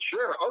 Sure